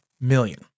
million